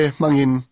mangin